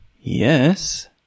Yes